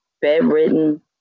bedridden